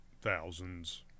thousands